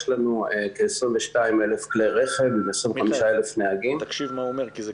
יש לנו כ-22,000 כלי רכב עם 25,000 נהגים ומאז